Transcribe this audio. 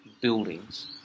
buildings